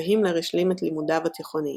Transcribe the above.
והימלר השלים את לימודיו התיכוניים.